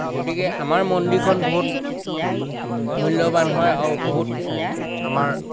গতিকে আমাৰ মন্দিৰখন বহুত মূল্যৱান হয় আৰু বহুত আমাৰ